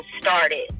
started